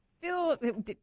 Phil